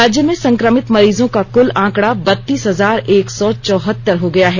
राज्य में संक्रमित मरीजों का कुल आंकड़ा बतीस हजार एक सौ चौहतर हो गया है